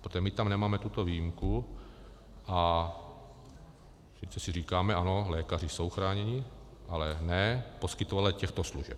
Protože my tam nemáme tuto výjimku, a sice si říkáme ano, lékaři jsou chráněni, ale ne poskytovatelé těchto služeb.